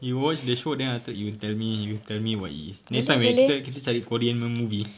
you watch the show then after that you tell me you tell me what it is next time eh kita kita cari korean punya movie